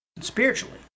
Spiritually